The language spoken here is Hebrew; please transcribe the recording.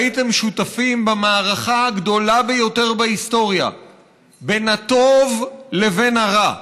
הייתם שותפים במערכה הגדולה ביותר בהיסטוריה בין הטוב לבין הרע,